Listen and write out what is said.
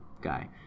guy